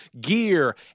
gear